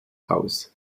aus